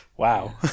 Wow